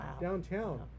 downtown